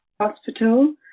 hospital